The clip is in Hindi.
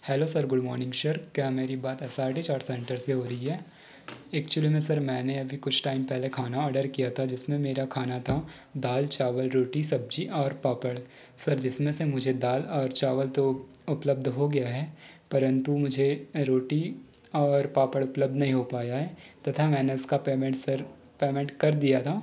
hello sir good morning sir क्या मेरी बात असाडे चाट सेंटर से हो रही है एक्चुली में सर मैंने अभी कुछ टाईम पहले खाना ऑर्डर किया था जिसमें मेरा खाना था दाल चावल रोटी सब्जी और पापड़ सर जिसमें से मुझे दाल और चावल तो उपलब्ध हो गया है परंतु मुझे रोटी और पापड़ उपलब्ध नहीं हो पाया है तथा मैंने उसका पेमेंट सर पेमेंट कर दिया था